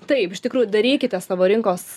taip iš tikrųjų darykite savo rinkos